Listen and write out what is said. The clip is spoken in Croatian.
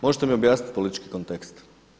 Možete mi objasniti politički kontekst?